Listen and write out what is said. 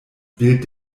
bild